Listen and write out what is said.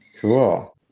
Cool